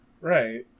right